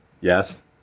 Yes